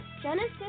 Genesis